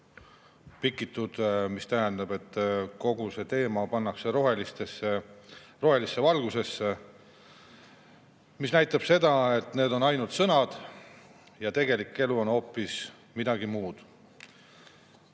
pikitud, tähendab see, et kogu teema pannakse rohelisse valgusesse. See näitab seda, et need on ainult sõnad ja tegelik elu on hoopis midagi muud.